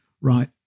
Right